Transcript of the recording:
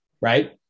right